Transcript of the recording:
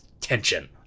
tension